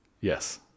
Yes